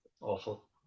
Awful